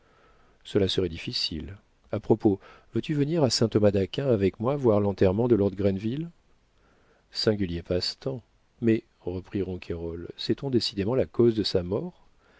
cela serait difficile a propos veux-tu venir à saint-thomas-d'aquin avec moi voir l'enterrement de lord grenville singulier passe-temps mais reprit ronquerolles sait-on décidément la cause de sa mort